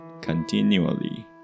continually